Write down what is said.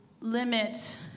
limit